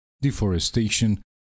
deforestation